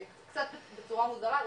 קצת בצורה מוזרה,